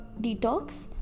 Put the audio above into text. detox